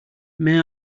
may